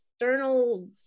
external